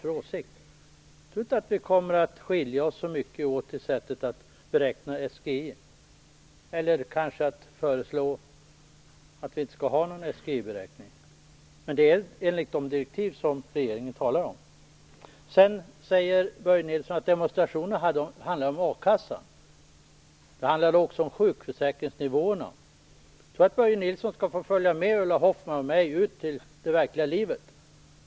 Jag tror inte att vi kommer att skilja oss särskilt mycket åt när det gäller sättet att beräkna SGI eller kanske när det gäller att föreslå att vi inte skall ha någon SGI-beräkning; detta enligt de direktiv som regeringen talar om. Börje Nilsson säger att demonstrationerna handlar om a-kassan, men de handlar också om sjukförsäkringsnivåerna. Jag tror att Börje Nilsson skall få följa med Ulla Hoffmann och mig ut i det verkliga livet.